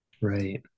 Right